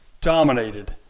dominated